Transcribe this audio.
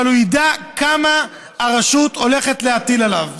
אבל הוא ידע כמה הרשות הולכת להטיל עליו.